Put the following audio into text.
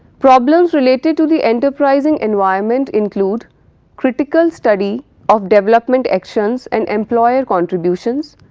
problems related to the enterprising environment include critical study of development actions and employer contributions,